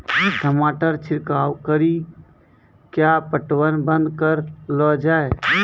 टमाटर छिड़काव कड़ी क्या पटवन बंद करऽ लो जाए?